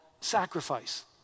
sacrifice